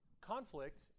conflict